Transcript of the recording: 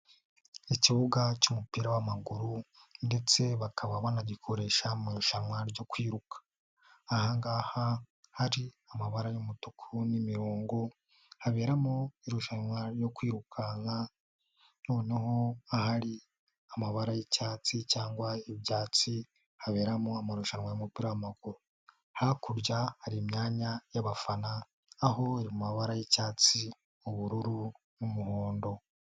Ikibuga cy'umupira wamaguru ndetse bakaba banagikoresha mu irushanwa ryo kwiruka. Ahangaha hari amabara y'umutuku n'imirongo haberamo irushanwa ryo kwirukanka noneho ahari amabara y'icyatsi cyangwa ibyatsi haberamo amarushanwa y'umupira w'amaguru. Hakurya hari imyanya y'abafana aho amabara y'icyatsi ubururu n'umuhondo.